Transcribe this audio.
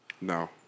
No